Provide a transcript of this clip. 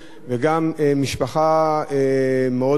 וגם משפחה מאוד גדולה,